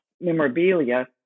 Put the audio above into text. memorabilia